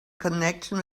connection